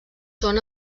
són